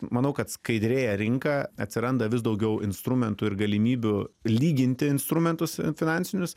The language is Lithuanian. manau kad skaidrėja rinka atsiranda vis daugiau instrumentų ir galimybių lyginti instrumentus finansinius